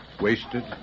wasted